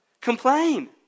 Complain